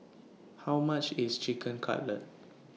How much IS Chicken Cutlet